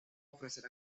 ofrecer